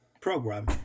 program